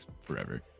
forever